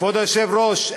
כבוד היושב-ראש,